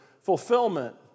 fulfillment